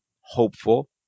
hopeful